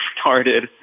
started